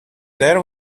there